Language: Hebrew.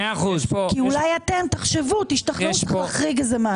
כי אולי אתם תחשבו, תשתכנעו להחריג איזה משהו.